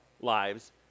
lives